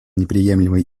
неприемлемой